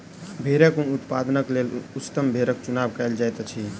भेड़क ऊन उत्पादनक लेल उच्चतम भेड़क चुनाव कयल जाइत अछि